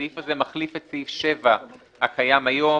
הסעיף הזה מחליף את סעיף 7 הקיים היום